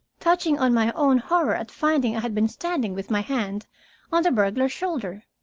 touching on my own horror at finding i had been standing with my hand on the burglar's shoulder.